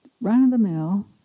run-of-the-mill